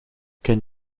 ken